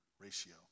ratio